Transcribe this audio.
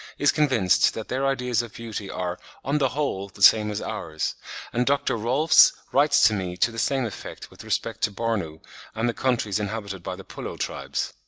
is convinced that their ideas of beauty are on the whole the same as ours and dr. rohlfs writes to me to the same effect with respect to bornu and the countries inhabited by the pullo tribes.